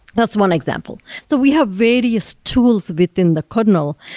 that's one example. so we have various tools within the kernel,